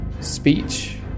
Speech